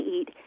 eat